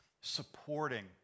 supporting